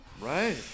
Right